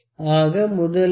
ஆக முதல் ரிடிங் 0